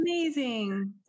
Amazing